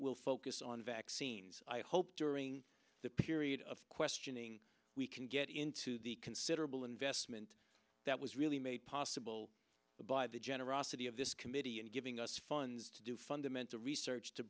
will focus on vaccines i hope during the period of questioning we can get into the considerable investment that was really made possible by the generosity of this committee and giving us funds to do fundamental research to